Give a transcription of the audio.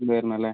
കൊണ്ടുവരണം അല്ലെ